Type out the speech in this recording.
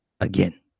again